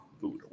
food